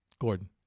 Gordon